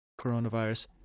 coronavirus